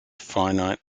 finite